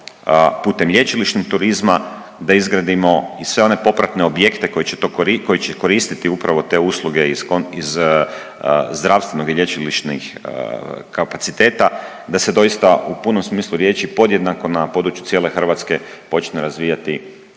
putem lječilišnog turizma da izgradimo i sve one popratne objekte koji će to, koji će koristiti upravo te usluge iz zdravstvenog i lječilišnih kapaciteta da se doista u punom smislu riječi podjednako na području cijele Hrvatske počne razvijati